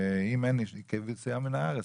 אם אין צו עיכוב יציאה מהארץ,